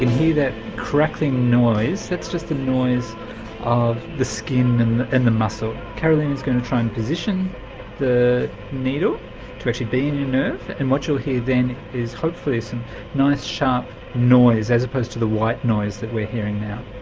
can hear that crackling noise, that's just the noise of the skin and and the muscle. carolina is going to try and position the needle to actually be in your nerve and what you'll hear then is hopefully some nice sharp noise as opposed to the white noise that we're hearing now.